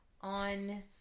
on